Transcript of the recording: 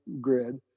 grid